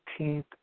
18th